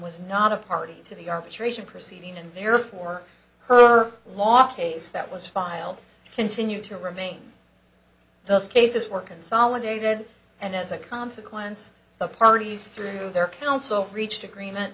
was not a party to the arbitration proceeding and therefore her law case that was filed continue to remain those cases were consolidated and as a consequence the parties through their counsel reached agreement